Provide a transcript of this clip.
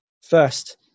First